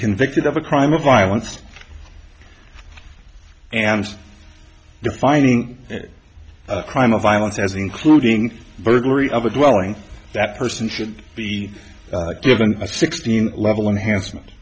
convicted of a crime of violence and defining a crime of violence as including burglary of a dwelling that person should be given a sixteen level enhance